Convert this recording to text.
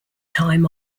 time